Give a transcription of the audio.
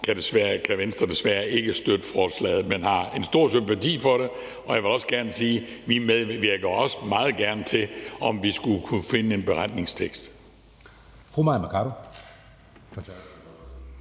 kan Venstre desværre ikke støtte forslaget. Men Venstre har en stor sympati for det, og jeg vil også gerne sige: Vi medvirker også meget gerne til det, om vi skulle kunne finde frem til en beretningstekst.